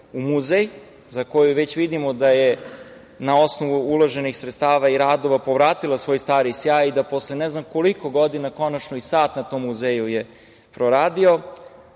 u muzej, za koju već vidimo da je, na osnovu uloženih sredstava i radova, povratila svoj stari sjaj i da, posle ne znam koliko godina, konačno i sat na tom muzeju je proradio.